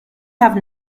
have